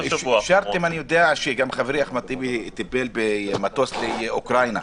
אני יודע שחברי, אחמד טיבי, טיפל במטוס לאוקרינה.